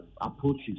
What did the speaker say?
approaches